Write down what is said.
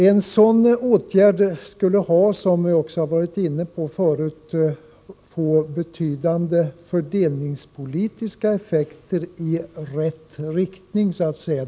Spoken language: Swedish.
En sådan åtgärd skulle, som jag tidigare har varit inne på, få betydande fördelningspolitiska effekter i rätt riktning.